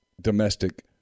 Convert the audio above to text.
domestic